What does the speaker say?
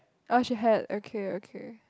orh she had okay okay